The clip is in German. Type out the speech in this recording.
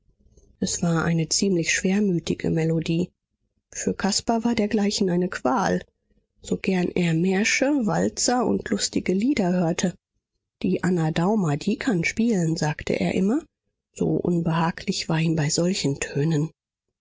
es war eine ziemlich schwermütige melodie für caspar war dergleichen eine qual so gern er märsche walzer und lustige lieder hörte die anna daumer die kann spielen sagte er immer so unbehaglich war ihm bei solchen tönen